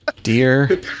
Dear